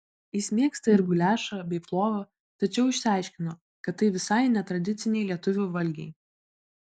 jis mėgsta ir guliašą bei plovą tačiau išsiaiškino kad tai visai ne tradiciniai lietuvių valgiai